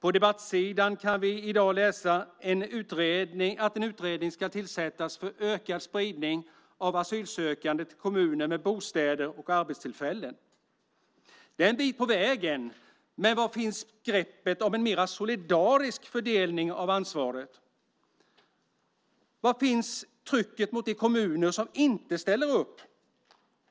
På en debattsida kan vi i dag läsa att en utredning ska tillsättas för en ökad spridning av asylsökande till kommuner med bostäder och arbetstillfällen. Det är en bit på vägen, men var finns greppet om en mer solidarisk fördelning av ansvaret? Var finns trycket på de kommuner som inte ställer upp